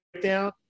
down